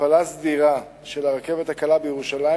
ההפעלה של הרכבת הקלה בירושלים